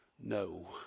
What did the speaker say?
No